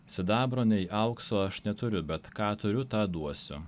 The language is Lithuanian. sidabro nei aukso aš neturiu bet ką turiu tą duosiu